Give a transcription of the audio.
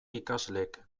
ikasleek